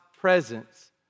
presence